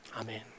Amen